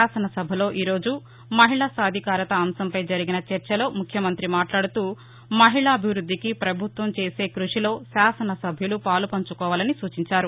శాసన సభలో ఈ రోజు మహిళా సాధికరత అంశంపై జరిగిన చర్చలో ముఖ్యమంత్రి మాట్లాడుతూ మహిళాభివృద్దికి పభుత్వం చేసే కృషిలో శాసనసభ్యులు పాలు పంచుకోవాలని సూచించారు